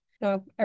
No